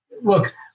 Look